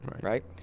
right